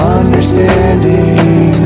understanding